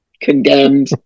condemned